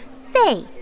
Say